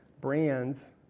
brands